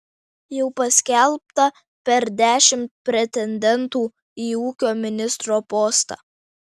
jau paskelbta per dešimt pretendentų į ūkio ministro postą